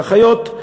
ואחיות,